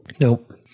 Nope